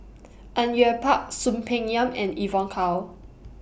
Au Yue Pak Soon Peng Yam and Evon Kow